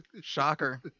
shocker